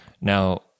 Now